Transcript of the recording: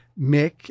Mick